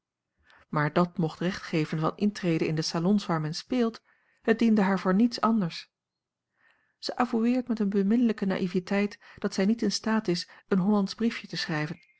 maar dat mocht recht geven van intrede in de salons waar men speelt het diende haar voor niets anders zij avoueert met eene beminnelijke naïveteit dat zij niet in staat is een hollandsch briefje te schrijven